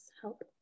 help